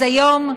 אז היום,